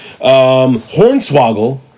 Hornswoggle